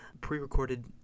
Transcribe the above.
pre-recorded